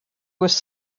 was